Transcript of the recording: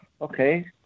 Okay